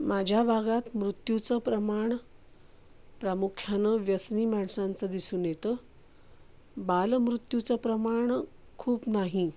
माझ्या भागात मृत्यूचं प्रमाण प्रामुख्यानं व्यसनी माणसांचं दिसून येतं बालमृत्यूचं प्रमाण खूप नाही